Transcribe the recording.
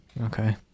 okay